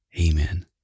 Amen